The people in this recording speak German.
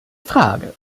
frage